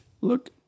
Look